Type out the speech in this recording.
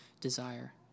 desire